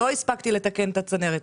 "לא הספקתי לתקן את הצנרת,